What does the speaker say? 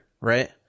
Right